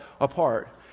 apart